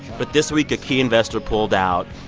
but this week, a key investor pulled out.